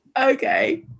okay